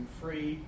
free